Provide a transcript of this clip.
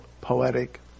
poetic